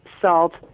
salt